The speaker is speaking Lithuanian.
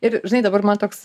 ir žinai dabar man toks